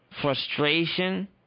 Frustration